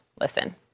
Listen